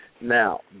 Now